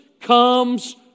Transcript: comes